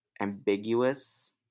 ambiguous